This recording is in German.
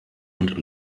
und